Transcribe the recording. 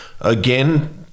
again